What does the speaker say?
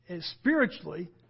spiritually